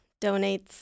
donates